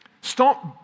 Stop